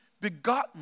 begotten